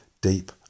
deep